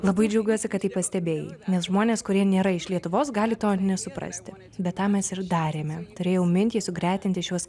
labai džiaugiuosi kad tai pastebėjai nes žmonės kurie nėra iš lietuvos gali to nesuprasti bet tą mes ir darėme turėjau mintį sugretinti šiuos